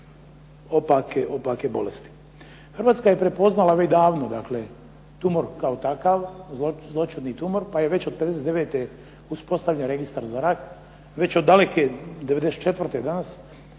opake bolesti. Hrvatska je prepoznala već davno dakle tumor kao takav, zloćudni tumor, pa je već od '59. uspostavljen registar za rak, već od daleke '94. danas,